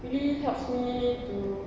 really helps me to